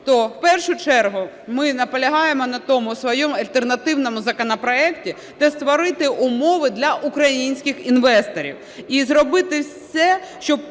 То в першу чергу ми наполягаємо на своєму альтернативному законопроекті та створити умови для українських інвесторів і зробити все, щоб